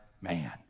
man